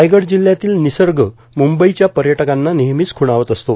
रायगड जिल्ह्यातील निसर्ग मुंबईच्या पर्यटकांना नेहमीच खूणावत असतो